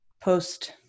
post